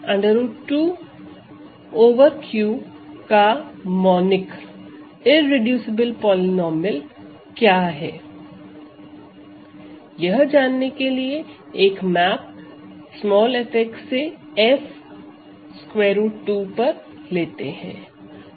√2 over Q का monic irreducible polynomial क्या है यह जानने के लिए एक मैप f से f √2 पर लेते हैं